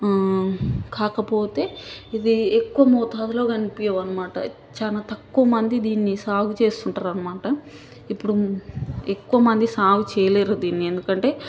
కాకపోతే ఇదీ ఎక్కువ మోతాదులో కనిపించవన్నమాట చాలా తక్కువ మంది దీనిని సాగుచేస్తుంటారన్నమాట ఇప్పుడు ఎక్కువ మంది సాగుచేయలేరు దీనిని ఎందుకంటే